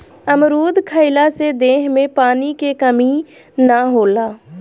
अमरुद खइला से देह में पानी के कमी ना होला